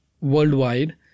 worldwide